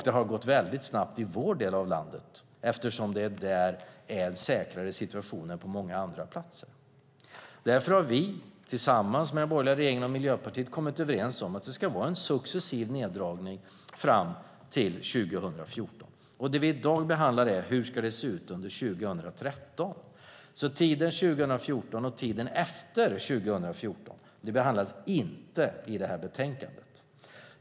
Det har gått väldigt snabbt i vår del av landet eftersom det där är en säkrare situation än på många andra platser. Därför har vi tillsammans med den borgerliga regeringen och Miljöpartiet kommit överens om att det ska vara en successiv neddragning fram till 2014. Det vi i dag behandlar är hur det ska se ut under 2013. Tiden 2014 och tiden efter 2014 behandlas alltså inte i betänkandet.